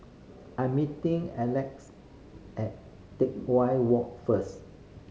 I am meeting Aleck at Teck Whye Walk first